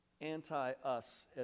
anti-us